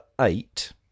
eight